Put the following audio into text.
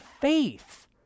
faith